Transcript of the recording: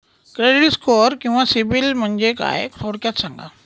Credit score किंवा सिबिल म्हणजे काय? थोडक्यात सांगा